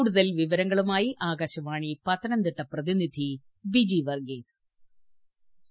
കൂടുതൽ വിവരങ്ങളുമായി ആകാശവാണി പത്തനംതിട്ട പ്രതിനിധി ബിജി വർഗ്ഗീസ്